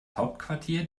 hauptquartier